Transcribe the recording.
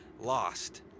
lost